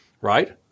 right